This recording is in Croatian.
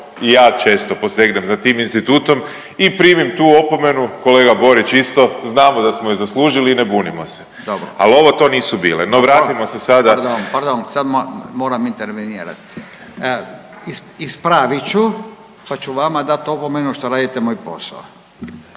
i ja često posegnem za tim institutom i primim tu opomenu, kolega Borić isto znamo da smo je zaslužili i ne bunimo se …/Upadica Radin: Dobro./… al ovo to nisu bile. No vratimo se … **Radin, Furio (Nezavisni)** Pardon, pardon sad moram intervenirat. Ispravit ću, sad ću vama dat opomenu što radite moj posao.